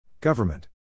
Government